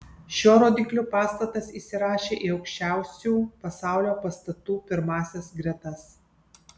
šiuo rodikliu pastatas įsirašė į aukščiausių pasaulio pastatų pirmąsias gretas